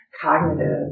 cognitive